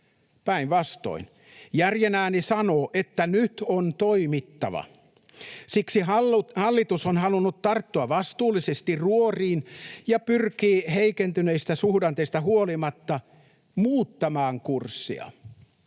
päinvastoin. Järjen ääni sanoo, että nyt on toimittava. Siksi hallitus on halunnut tarttua vastuullisesti ruoriin ja pyrkii heikentyneistä suhdanteista huolimatta muuttamaan kurssia.